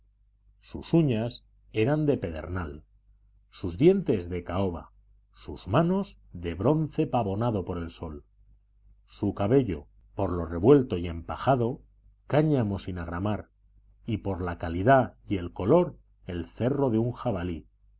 sus uñas eran pedernal sus dientes de caoba sus manos de bronce pavonado por el sol su cabello por lo revuelto y empajado cáñamo sin agramar y por la calidad y el color el cerro de un jabalí